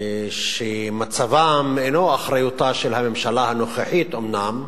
שמצבם אינו אחריותה של הממשלה הנוכחית אומנם,